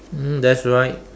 mm that's right